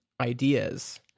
ideas